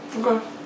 Okay